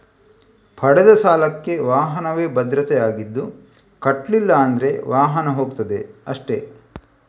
ಪಡೆದ ಸಾಲಕ್ಕೆ ವಾಹನವೇ ಭದ್ರತೆ ಆಗಿದ್ದು ಕಟ್ಲಿಲ್ಲ ಅಂದ್ರೆ ವಾಹನ ಹೋಗ್ತದೆ ಅಷ್ಟೇ